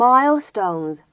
Milestones